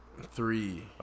three